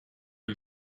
are